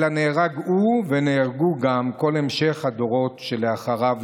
אלא נהרג הוא ונהרגו גם כל המשך הדורות שלאחריו,